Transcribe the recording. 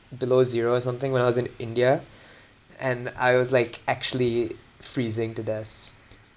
below zero or something when I was in india and I was like actually freezing to death